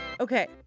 Okay